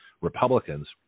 Republicans